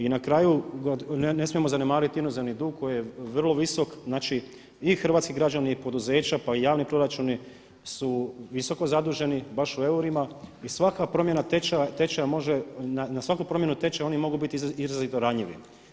I na kraju, ne smijemo zanemariti inozemni dug koji je vrlo visok, znači i hrvatski građani i poduzeća pa i javni proračuni su visoko zaduženi baš u eurima i svaka promjena tečaja može, na svaku promjenu tečaja oni mogu biti izrazito ranjivi.